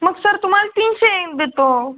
मग सर तुम्हाला तीनशे एक देतो